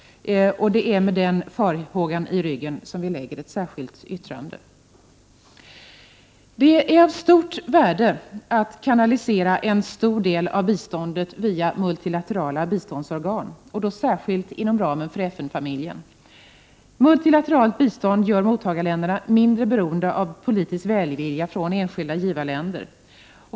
Det är den farhågan som gör att vi har avgivit ett särskilt yttrande. Det är av stort värde att kanalisera en betydande del av biståndet via multilaterala biståndsorgan, särskilt inom ramen för FN-familjen. Multilateralt bistånd gör mottagarländerna mindre beroende av politisk välvilja från 31 enskilda givarländer.